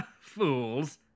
Fools